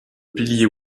pilier